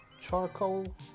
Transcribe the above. charcoal